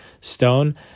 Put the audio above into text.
stone